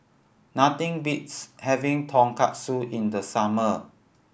nothing beats having Tonkatsu in the summer